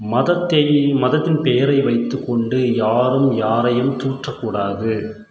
மதத்தை மதத்தின் பெயரை வைத்துக் கொண்டு யாரும் யாரையும் தூற்றக் கூடாது